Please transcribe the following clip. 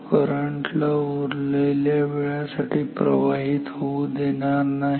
तो करंट ला उरलेल्या वेळासाठी प्रवाहित होऊ देणार नाही